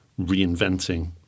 reinventing